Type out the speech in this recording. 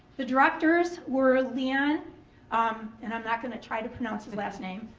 the directors were leon um and i'm not gonna try to pronounce his last name,